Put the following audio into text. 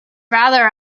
rather